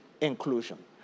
Inclusion